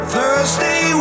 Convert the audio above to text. Thursday